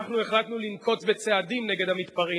אנחנו החלטנו לנקוט צעדים נגד המתפרעים.